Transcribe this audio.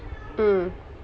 mm